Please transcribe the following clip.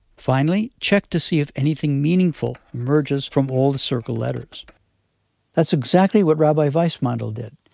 finally, check to see if anything meaningful emerges from all the circled letters that's exactly what rabbi weissmandl did,